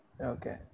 Okay